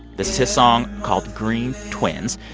this is his song called green twins.